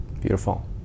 Beautiful